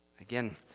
Again